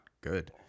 good